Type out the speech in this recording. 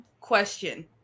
Question